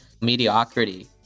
mediocrity